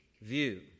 view